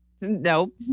Nope